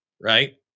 right